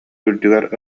үрдүгэр